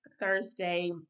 Thursday